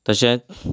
तशेंच